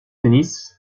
tennis